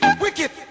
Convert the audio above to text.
wicked